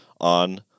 on